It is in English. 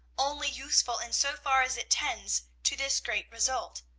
only useful in so far as it tends to this great result.